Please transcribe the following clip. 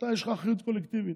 יש לך אחריות קולקטיבית,